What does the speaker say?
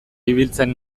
ibiltzen